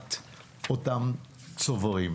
לסגירת אותם צוברים.